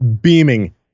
beaming